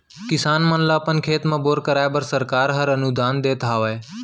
किसान मन ल अपन खेत म बोर कराए बर सरकार हर अनुदान देत हावय